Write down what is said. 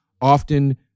often